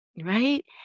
Right